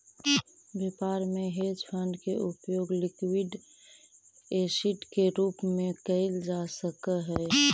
व्यापार में hedge fund के उपयोग लिक्विड एसिड के रूप में कैल जा सक हई